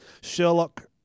Sherlock